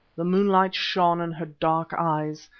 the moonlight shone in her dark eyes,